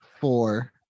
four